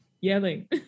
yelling